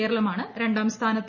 കേരളമാണ് രണ്ടാം സ്ഥാനത്ത്